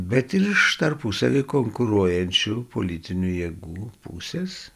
bet ir iš tarpusavyje konkuruojančių politinių jėgų pusės